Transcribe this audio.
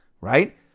right